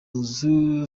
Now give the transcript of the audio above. nzu